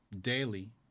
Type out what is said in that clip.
daily